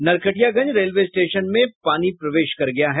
Narkatiaganj railway station में पानी प्रवेश कर गया है